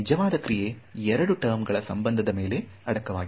ನಿಜವಾದ ಕ್ರಿಯೆ 2 ಟರ್ಮ್ ಗಳ ಸಂಬಂಧದ ಮೇಲೆ ಅಡಕವಾಗಿದೆ